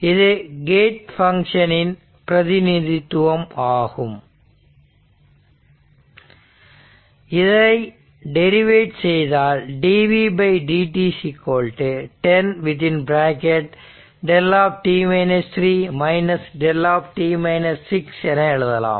இது gate function இன் பிரதிநிதித்துவம் ஆகும் இதை டெரிவேட் செய்தால் dv dt 10 δ δ என எழுதலாம்